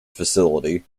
facility